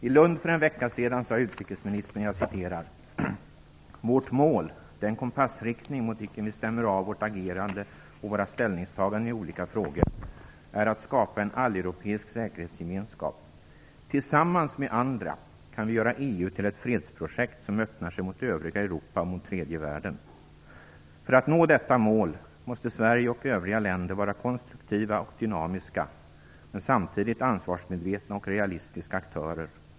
I Lund för en vecka sedan sade utrikesministern: "Vårt mål - den kompassriktning mot vilken vi stämmer av vårt agerande och våra ställningstaganden i olika frågor - är att skapa en alleuropeisk säkerhetsgemenskap. Tillsammans med andra kan vi göra EU till ett fredsprojekt, som öppnar sig mot övriga Europa och mot tredje världen. För att nå detta mål måste Sverige och övriga länder vara konstruktiva och dynamiska, men samtidigt ansvarsmedvetna och realistiska, aktörer.